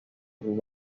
urbano